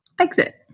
Exit